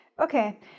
Okay